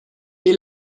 est